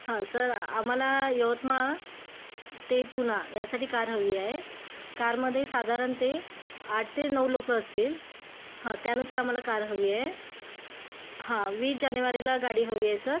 हं सर आम्हाला यवतमाळ ते पुणे यासाठी कार हवी आहे कारमधे साधारण ते आठ ते नऊ लोक असतील हं त्यानुसार आम्हाला कार हवी आहे हं वीस जानेवारीला गाडी हवी आहे सर